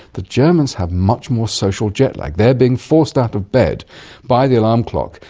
the germans have much more social jetlag. they are being forced out of bed by the alarm clock,